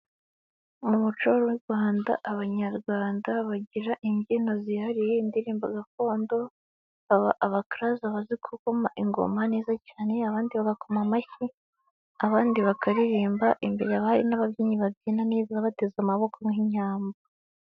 Mu muco w'u Rwanda abanyarwanda bagira imbyino zihariye, indirimbo gakondo, abakaraza bazi kuvuza ingoma neza cyane abandi bagakoma amashyi abandi bakaririmba, imbere haba hari n'ababyinnyi babyina neza bateze amaboko nk'Inyambo.